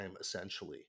essentially